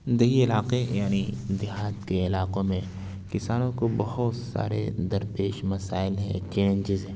دیہی علاقے یعنی دیہات کے علاقوں میں کسانوں کو بہت سارے درپیش مسائل ہیں چینجیز ہیں